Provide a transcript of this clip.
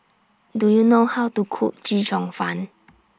Do YOU know How to Cook Chee Cheong Fun